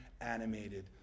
animated